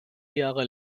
jahre